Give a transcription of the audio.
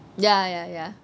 ya ya ya